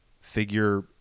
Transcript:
figure